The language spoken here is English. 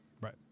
right